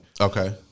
Okay